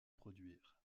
produire